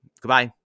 goodbye